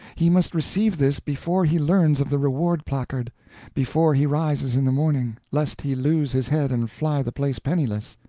he must receive this before he learns of the reward-placard before he rises in the morning lest he lose his head and fly the place penniless.